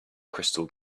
crystal